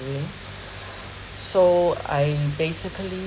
so I basically